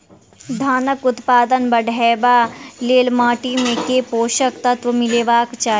धानक उत्पादन बढ़ाबै लेल माटि मे केँ पोसक तत्व मिलेबाक चाहि?